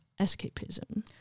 escapism